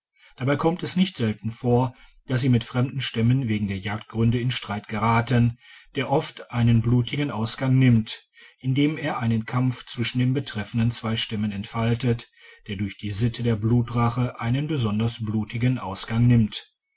dabei kommt es nicht selten vor dass sie mit fremden stämmen wegen der jagdgründe in streit geraten der oft einen blutigen ausgang nimmt indem er einen kampf zwischen den betreffenden zwei stämmen entfaltet der durch die sitte der blutrache einen besonders blutigen ausgang nimmt